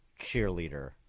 cheerleader